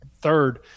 Third